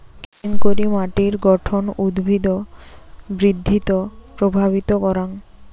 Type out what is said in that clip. কেঙকরি মাটির গঠন উদ্ভিদ বৃদ্ধিত প্রভাবিত করাং?